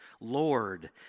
Lord